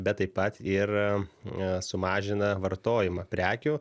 bet taip pat ir sumažina vartojimą prekių